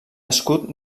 escut